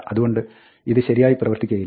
അതുകൊണ്ട് ഇത് ശരിയായി പ്രവർത്തിക്കുകയില്ല